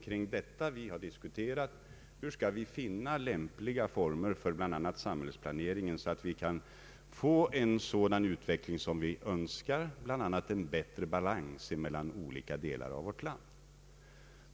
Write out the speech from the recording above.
Vi har diskuterat hur vi skall finna lämpliga former för samhällsplaneringen, så att vi kan få den utveckling som vi önskar, bl.a. bättre balans mellan olika delar av vårt land.